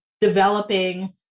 developing